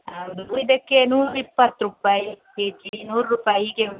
ಹೌದು ಊರಿಂದಕ್ಕೆ ನೂರಾ ಇಪ್ಪತ್ತು ರೂಪಾಯಿ ಕೆ ಜಿ ನೂರು ರೂಪಾಯಿ ಹೀಗೆ ಉಂಟು